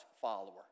follower